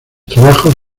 trabajos